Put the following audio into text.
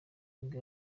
nibwo